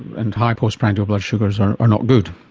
and high post-prandial blood sugars are are not good.